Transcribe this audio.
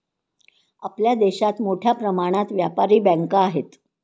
आपल्या देशात मोठ्या प्रमाणात व्यापारी बँका आहेत